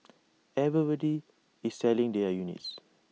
everybody is selling their units